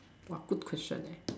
!wah! good question leh